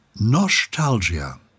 Nostalgia